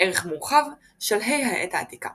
ערך מורחב – שלהי העת העתיקה